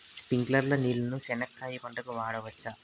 స్ప్రింక్లర్లు నీళ్ళని చెనక్కాయ పంట కు వాడవచ్చా?